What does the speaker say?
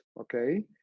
okay